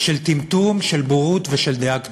של טמטום, של בורות ושל דעה קדומה.